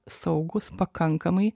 saugūs pakankamai